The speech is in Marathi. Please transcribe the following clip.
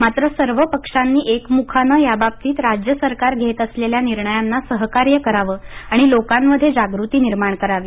मात्र सर्वपक्षांनी एकमुखानं याबाबतीत राज्य सरकार घेत असलेल्या निर्णयांना सहकार्य करावं आणि लोकांमध्ये जागृती निर्माण करावी